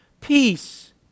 peace